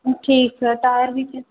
ठीक है टायर भी चेंज